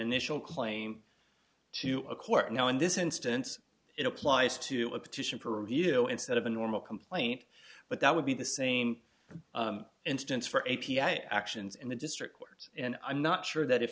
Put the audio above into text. initial claim to a court now in this instance it applies to a petition purview instead of a normal complaint but that would be the same instance for a p i actions in the district court and i'm not sure that if